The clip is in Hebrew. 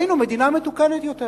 היינו מדינה מתוקנת יותר.